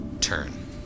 turn